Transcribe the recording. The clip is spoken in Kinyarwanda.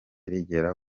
rigera